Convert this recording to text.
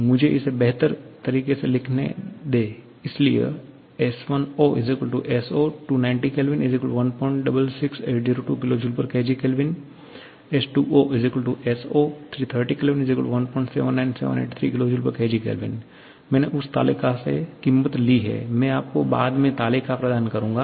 मुझे इसे बेहतर तरीके से लिखने दें इसलिए S10 S0 166802 𝑘𝐽𝑘𝑔𝐾 S20 S0 179783 𝑘𝐽𝑘𝑔𝐾 मैंने उस तालिका से क़ीमत ली है मैं आपको बाद में तालिका प्रदान करूंगा